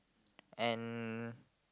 and